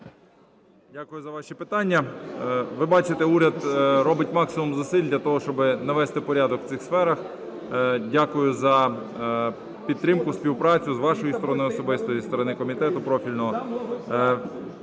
Дякую за ваші питання. Ви бачите, уряд робить максимум зусиль для того, щоб навести порядок у цих сферах. Дякую за підтримку, співпрацю з вашої сторони особисто і зі сторони комітету профільного.